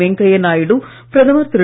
வெங்கையா நாயுடு பிரதமர் திரு